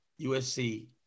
USC